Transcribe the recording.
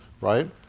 right